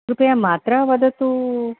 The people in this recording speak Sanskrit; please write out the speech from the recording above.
कृपया मात्रां वदतु